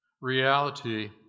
reality